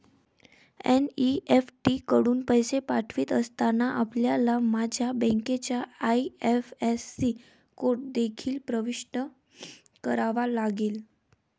NEFT कडून पैसे पाठवित असताना, आपल्याला माझ्या बँकेचा आई.एफ.एस.सी कोड देखील प्रविष्ट करावा लागेल